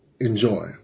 enjoy